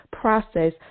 process